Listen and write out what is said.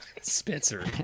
Spencer